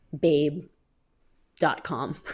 babe.com